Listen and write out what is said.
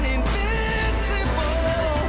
Invincible